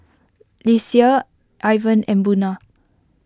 Lesia Ivan and Buna